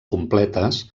completes